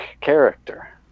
character